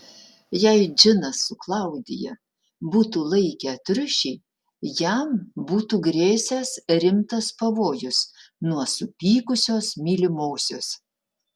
jei džinas su klaudija būtų laikę triušį jam būtų grėsęs rimtas pavojus nuo supykusios mylimosios